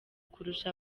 kurusha